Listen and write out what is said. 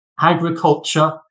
agriculture